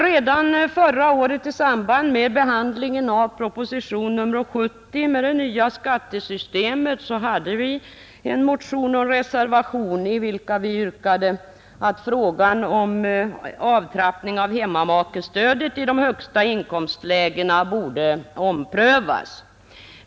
Redan förra året i samband med behandlingen av proposition nr 70 om det nya skattesystemet hade vi en motion och reservation i vilka vi yrkade att frågan om avtrappning av hemmamakestödet i de högsta inkomstlägena borde omprövas.